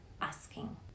asking